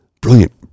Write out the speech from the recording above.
brilliant